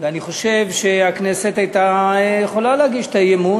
אני חושב שגם אפשר היה לעשות את זה היום,